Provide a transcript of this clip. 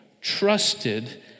trusted